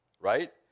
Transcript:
Right